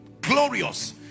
glorious